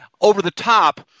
over-the-top